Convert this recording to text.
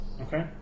Okay